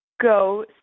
go